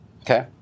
Okay